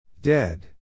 Dead